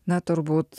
na turbūt